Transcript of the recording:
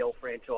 franchise